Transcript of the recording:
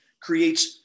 creates